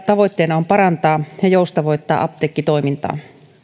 tavoitteena on parantaa ja joustavoittaa apteekkitoimintaa